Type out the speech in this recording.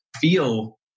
feel